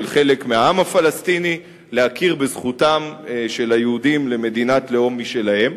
חלק מהעם הפלסטיני להכיר בזכותם של היהודים למדינת לאום משלהם,